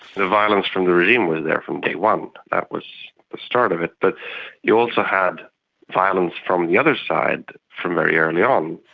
the violence from the regime was there from day one, that was the start of it, but you also had violence from the other side from very early on.